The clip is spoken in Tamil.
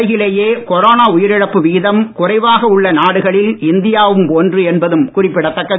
உலகிலேயே கொரோனா உயிரிழப்பு விகிதம் குறைவாக உள்ள நாடுகளில் இந்தியாவும் ஒன்று என்பதும் குறிப்பிடத்தக்கது